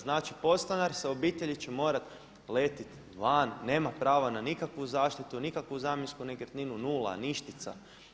Znači podstanar će sa obitelji morati letiti van, nema prava na nikakvu zaštitu, nikakvu zamjensku nekretninu, nula, ništica.